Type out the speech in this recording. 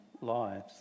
lives